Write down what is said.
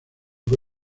que